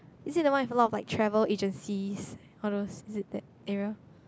is it the one with a lot of like travel agencies all those is it that area